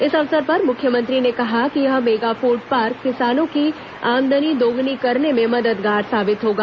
इस अवसर पर मुख्यमंत्री ने कहा कि यह मेगाफूड पार्क किसानों की आमदनी दोगुनी करने में मददगार साबित होगा